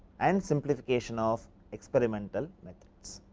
and simplification of experimental methods.